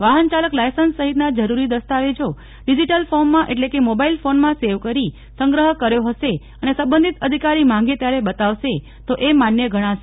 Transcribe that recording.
વાહન ચાલક લાયસન્સ સહિતના જરૂરી દસ્તાવેજો ડિજીટલ ફોર્મમાં એટલે કે મોબાઇલ ફોનમાં સેવ કરી સંગ્રહ કર્યો હશે અને સંબંધિત અધિકારી માંગે ત્યારે બતાવશે તો એ માન્ય ગજ્ઞાશે